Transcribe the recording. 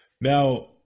Now